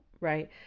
Right